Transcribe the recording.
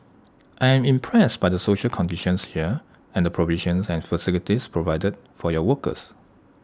I am impressed by the social conditions here and the provisions and facilities provided for your workers